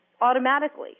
automatically